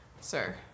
sir